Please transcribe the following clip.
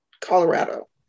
Colorado